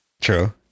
True